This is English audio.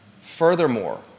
Furthermore